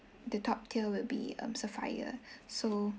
the top tier will be um sapphire so